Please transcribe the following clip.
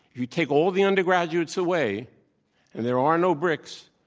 you take all the undergraduates away and there are no bricks,